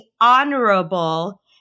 Honorable